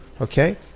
okay